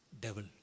devil